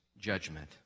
judgment